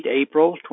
April